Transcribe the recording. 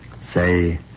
Say